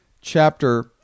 chapter